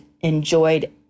enjoyed